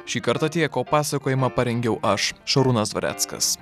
šį kartą tiek pasakojimą parengiau aš šarūnas dvareckas